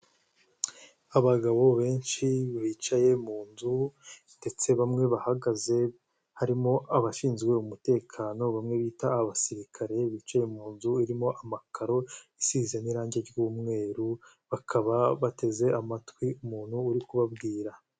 Abagabo benshi bicaye mu nzu ndetse bamwe bahagaze harimo abashinzwe umutekano bamwe bita abasirikare bicaye mu nzu irimo amakaro isize n'irangi ry'umweru, bakaba bateze amatwi umuntu uri kubabwira.